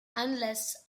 unless